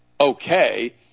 okay